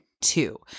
two